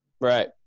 Right